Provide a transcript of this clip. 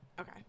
Okay